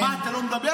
מה, אתה לא מדבר איתי?